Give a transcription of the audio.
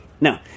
no